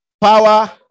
Power